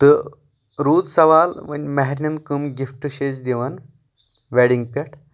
تہٕ روٗد سوال ونۍ مہرنٮ۪ن کٕم گفٹہٕ چھِ أسۍ دِوان ویڈِنٛگ پؠٹھ